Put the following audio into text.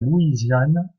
louisiane